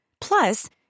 Plus